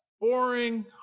boring